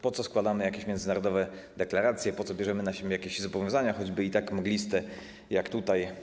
Po co składamy jakieś międzynarodowe deklaracje, po co bierzemy na siebie jakieś zobowiązania, choćby i tak mgliste jak tutaj?